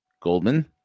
Goldman